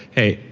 hey,